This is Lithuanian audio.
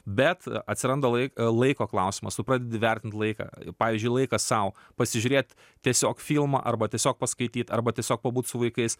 bet atsiranda lai laiko klausimas tu pradedi vertint laiką pavyzdžiui laiką sau pasižiūrėt tiesiog filmą arba tiesiog paskaityt arba tiesiog pabūt su vaikais